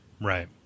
right